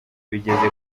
bigeze